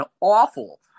awful